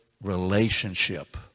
relationship